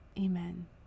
amen